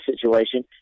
situation